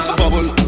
bubble